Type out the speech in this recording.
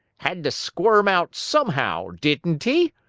had to squirm out somehow, didn't he?